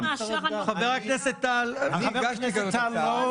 חבר הכנסת טל לא תמך